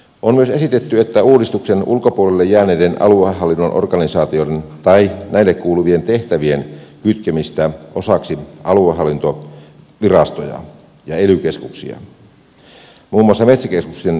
on myös esitetty uudistuksen ulkopuolelle jääneiden aluehallinnon organisaatioiden tai näille kuuluvien tehtävien kytkemistä osaksi aluehallintovirastoja ja ely keskuksia muun muassa metsäkeskuksien viranomaistehtävien